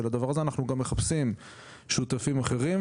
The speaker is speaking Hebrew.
הדבר הזה אנחנו גם מחפשים שותפים אחרים,